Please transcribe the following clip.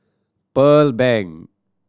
Pearl Bank